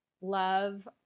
love